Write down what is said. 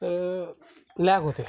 तर लॅग होते